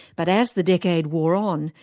but as the decade wore on,